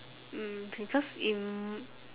mm because in